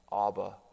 Abba